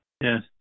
Yes